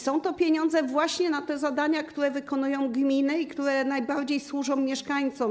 Są to pieniądze właśnie na te zadania, które wykonują gminy i które najbardziej służą mieszkańcom.